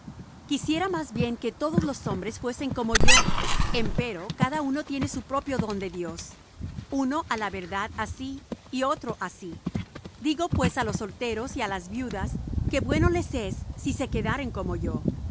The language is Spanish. quisiera más bien que todos los hombres fuesen como yo empero cada uno tiene su propio don de dios uno á la verdad así y otro así digo pues á los solteros y á las viudas que bueno les es si se quedaren como yo